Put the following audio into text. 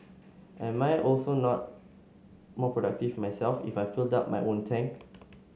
am I also not more productive myself if I filled up my own tank